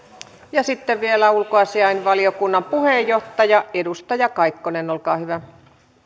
eteenpäin sitten vielä ulkoasiainvaliokunnan puheenjohtaja edustaja kaikkonen olkaa hyvä